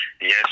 Yes